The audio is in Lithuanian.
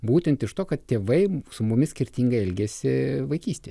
būtent iš to kad tėvai su mumis skirtingai elgiasi vaikystėje